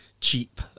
cheap